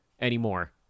anymore